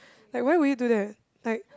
like why will you do that like